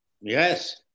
yes